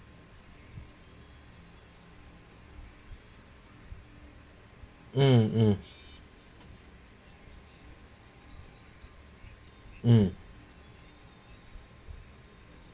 um um um